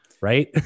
right